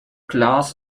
klaas